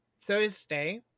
Thursday